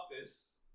office